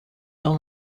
all